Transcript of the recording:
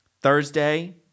Thursday